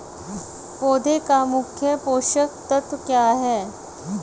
पौधे का मुख्य पोषक तत्व क्या हैं?